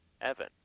Evan